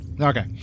Okay